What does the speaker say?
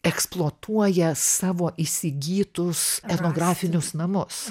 eksploatuoja savo įsigytus etnografinius namus